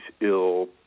ill